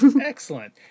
Excellent